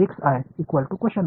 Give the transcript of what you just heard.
எனவே இது N நோட்ஸ்கள்